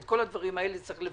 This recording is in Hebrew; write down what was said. את כל הדברים האלה צריך לברר.